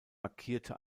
markierte